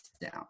down